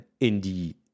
indie